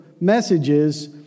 messages